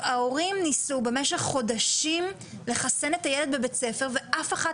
ההורים ניסו במשך חודשים לחסן את הילד בבית ספר ואף אחת